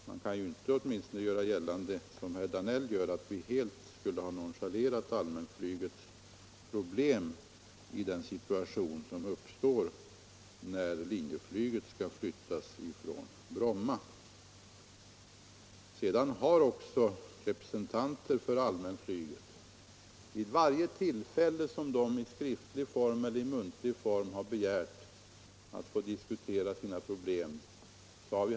Man kan åtminstohne inte hävda, som herr Danell gör, att vi helt skulle ha nonchalerat allmänflygets problem i den situation som uppstår när Linjeflyg skall flyttas från Brom 147 ma. Sedan har vi också haft ingående och seriösa diskussioner med representanter för allmänflyget vid varje tillfälle då de i skriftlig eller muntlig form har begärt att få diskutera sina problem.